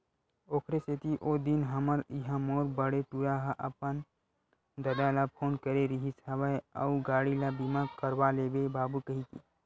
ओखरे सेती ओ दिन हमर इहाँ मोर बड़े टूरा ह अपन ददा ल फोन करे रिहिस हवय अउ गाड़ी ल बीमा करवा लेबे बाबू कहिके